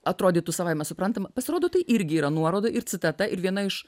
atrodytų savaime suprantama pasirodo tai irgi yra nuoroda ir citata ir viena iš